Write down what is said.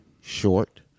short